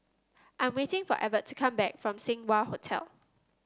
I'm waiting for Evert to come back from Seng Wah Hotel